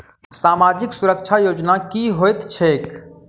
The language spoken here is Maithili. सामाजिक सुरक्षा योजना की होइत छैक?